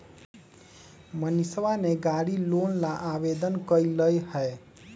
मनीषवा ने गाड़ी लोन ला आवेदन कई लय है